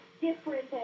different